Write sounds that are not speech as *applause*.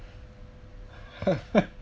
*laughs*